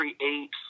create